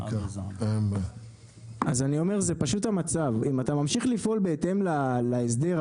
אתה ממשיך לפעול בהתאם להסדר,